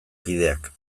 kideak